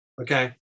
Okay